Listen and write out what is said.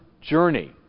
journey